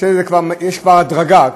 יש כבר הדרגה,